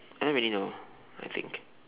I don't really know I think